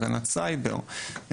הבנת סייבר,